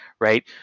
Right